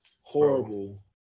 horrible